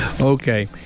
Okay